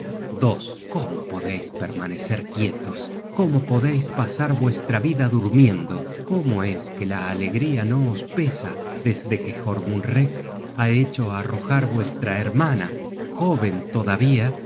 cómo podeis permanecer quietos cómo podeis pasar vuestra vida durmiendo cómo es que la alegría no os pesa desde que jormunrek ha hecho arrojar vuestra hermana joven todavía